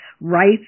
rights